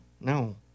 No